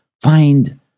find